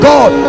God